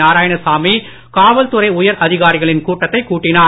நாராயணசாமி காவல்துறை உயர் அதிகாரிகளின் கூட்டத்தை கூட்டினார்